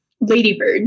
Ladybird